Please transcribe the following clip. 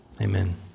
Amen